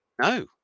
No